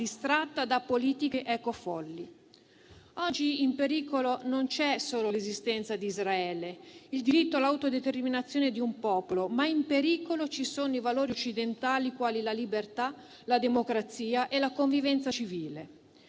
distratta da politiche ecofolli. Oggi in pericolo non c'è solo l'esistenza di Israele, il diritto all'autodeterminazione di un popolo, ma in pericolo ci sono i valori occidentali quali la libertà, la democrazia e la convivenza civile.